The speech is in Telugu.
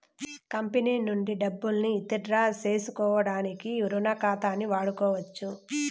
కంపెనీ నుంచి డబ్బుల్ని ఇతిడ్రా సేసుకోడానికి రుణ ఖాతాని వాడుకోవచ్చు